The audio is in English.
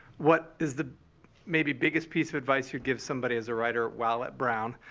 what is the maybe biggest piece of advice you'd give somebody as a writer while at brown?